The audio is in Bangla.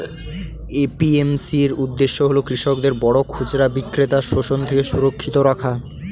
এ.পি.এম.সি এর উদ্দেশ্য হল কৃষকদের বড় খুচরা বিক্রেতার শোষণ থেকে সুরক্ষিত রাখা